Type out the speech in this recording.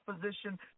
position